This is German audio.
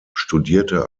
studierte